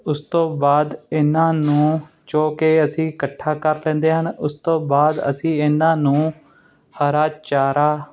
ਉਸ ਤੋਂ ਬਾਅਦ ਇਹਨਾਂ ਨੂੰ ਚੋਅ ਕੇ ਅਸੀਂ ਇਕੱਠਾ ਕਰ ਲੈਂਦੇ ਹਨ ਉਸ ਤੋਂ ਬਾਅਦ ਅਸੀਂ ਇਹਨਾਂ ਨੂੰ ਹਰਾ ਚਾਰਾ